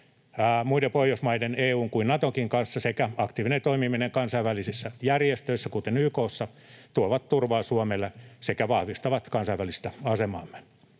muiden Pohjoismaiden, EU:n kuin Natonkin kanssa sekä aktiivinen toimiminen kansainvälisissä järjestöissä, kuten YK:ssa, tuovat turvaa Suomelle sekä vahvistavat kansainvälistä asemaamme.